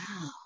Wow